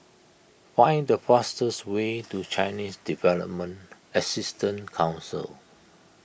find the fastest way to Chinese Development Assistance Council